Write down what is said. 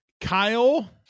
Kyle